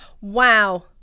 Wow